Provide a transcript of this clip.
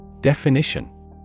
Definition